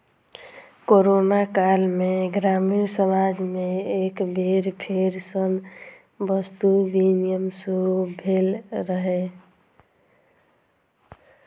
corona काल मे ग्रामीण समाज मे एक बेर फेर सं वस्तु विनिमय शुरू भेल रहै